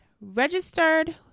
registered